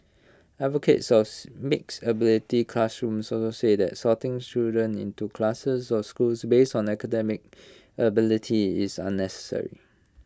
advocates mix ability classrooms also say that sorting children into classes or schools base on academic ability is unnecessary